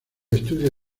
estudio